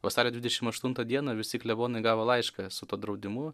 vasario dvidešim aštuntą dieną visi klebonai gavo laišką su tuo draudimu